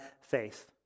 faith